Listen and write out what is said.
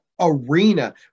arena